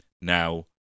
Now